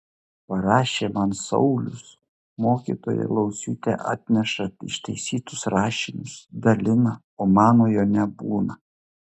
parašė man saulius mokytoja lauciūtė atneša ištaisytus rašinius dalina o manojo nebūna